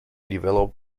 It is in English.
developed